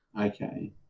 Okay